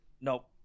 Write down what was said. Nope